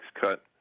cut